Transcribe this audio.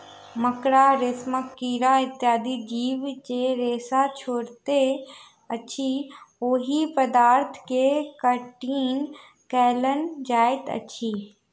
मकड़ा, रेशमक कीड़ा इत्यादि जीव जे रेशा छोड़ैत अछि, ओहि पदार्थ के काइटिन कहल जाइत अछि